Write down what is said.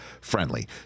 friendly